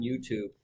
YouTube